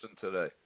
today